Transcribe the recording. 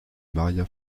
maría